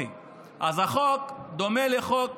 אז החוק דומה לסעיף